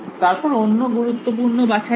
তারপর অন্য গুরুত্বপূর্ণ বাছাই কি